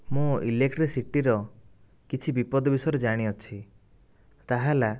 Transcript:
ମୁଁ ଇଲେକ୍ଟ୍ରିସିଟିର କିଛି ବିପଦ ବିଷୟରେ ଜାଣିଅଛି ତାହାହେଲା